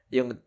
Yung